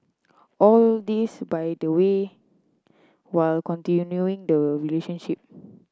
all this by the way while continuing the relationship